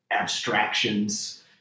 abstractions